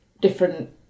different